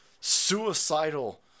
Suicidal